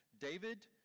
David